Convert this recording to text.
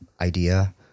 idea